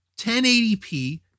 1080p